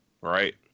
right